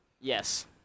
Yes